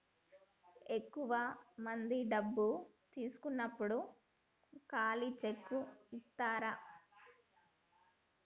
ఎక్కువ మంది డబ్బు తీసుకున్నప్పుడు ఖాళీ చెక్ ఇత్తారు